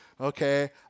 okay